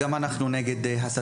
נגד הסתה לגזענות,